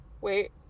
wait